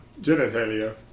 Genitalia